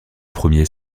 premier